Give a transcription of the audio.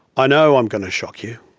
i know i'm going to shock you.